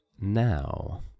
now